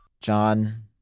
John